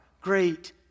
great